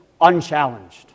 unchallenged